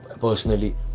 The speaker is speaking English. personally